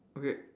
okay